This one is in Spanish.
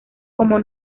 como